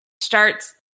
starts